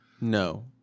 No